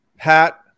Pat